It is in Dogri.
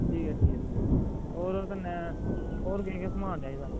ठीक ऐ ठीक ऐ ठीक ऐ ते होर कन्नै केह् केह् समान चाहिदा